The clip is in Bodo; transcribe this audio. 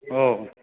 औ